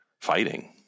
fighting